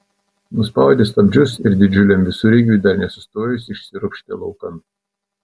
nuspaudė stabdžius ir didžiuliam visureigiui dar nesustojus išsiropštė laukan